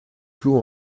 clous